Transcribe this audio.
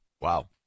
Wow